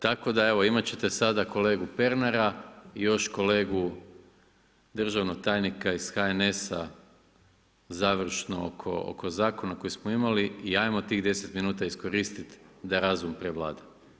Tako da evo, imat ćete sada kolegu Pernara i još kolegu državnog tajnika iz HNS-a završno oko zakona kojeg smo imali i ajmo tih 10 minuta iskoristiti da razum prevlada.